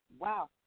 Wow